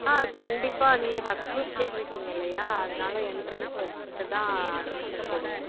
ஆ கண்டிப்பாக நீங்கள் first group கேட்டுருக்கீங்க இல்லையா அதனால என்ட்ரென்ஸ் வைச்சிட்டுதான் அட்மிஷன் போடுவோம்